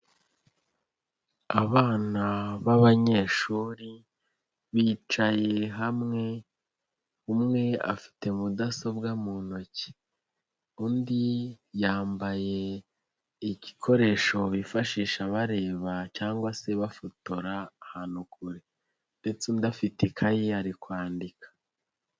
Abana b'abanyeshuri bicaye hamwe, umwe afite mudasobwa mu ntoki undi yambaye igikoresho bifashisha bareba cyangwa se bafotora ahantu kure ndetse undi afite ikayi ari kwandika.